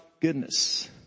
goodness